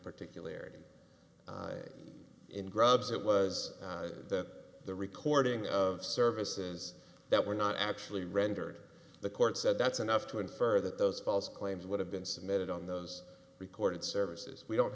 particular area in grubb's it was that the recording of services that were not actually rendered the court said that's enough to infer that those false claims would have been submitted on those recorded services we don't